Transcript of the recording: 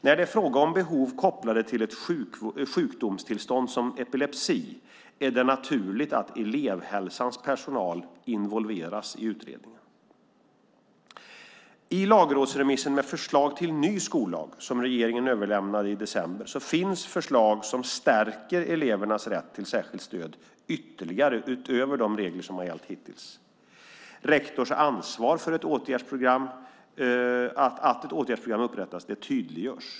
När det är fråga om behov kopplade till ett sjukdomstillstånd som epilepsi är det naturligt att elevhälsans personal involveras i utredningen. I lagrådsremissen med förslag till ny skollag, som regeringen överlämnade i december, finns förslag som ytterligare stärker elevernas rätt till särskilt stöd, utöver de regler som har gällt hittills. Rektors ansvar för att ett åtgärdsprogram upprättas tydliggörs.